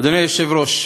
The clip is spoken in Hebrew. אדוני היושב-ראש,